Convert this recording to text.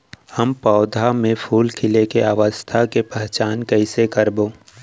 हम पौधा मे फूल खिले के अवस्था के पहिचान कईसे करबो